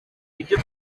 ibyo